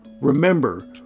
Remember